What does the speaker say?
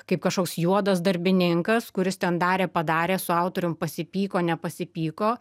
kaip kažkoks juodas darbininkas kuris ten darė padarė su autorium pasipyko nepasipyko